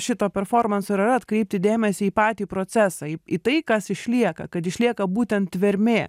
šito performanso ir yra atkreipti dėmesį į patį procesą į į tai kas išlieka kad išlieka būtent tvermė